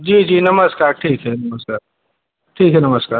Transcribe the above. जी जी नमस्कार ठीक है नमस्कार ठीक है नमस्कार